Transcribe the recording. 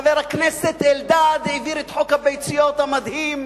שחבר הכנסת אלדד העביר את חוק הביציות המדהים,